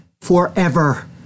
Forever